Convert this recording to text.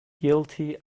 guilty